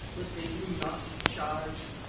but they do not charge.